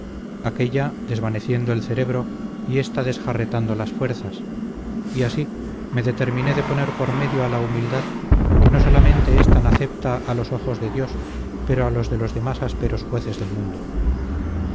aquella desvaneciendo el celebro y ésta desjarretando las fuerzas y así me determiné de poner por medio a la humildad que no solamente es tan acepta a los ojos de dios pero a los de los más ásperos jueces del mundo